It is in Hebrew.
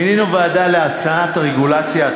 מינינו ועדה להצעת רגולציה,